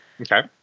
Okay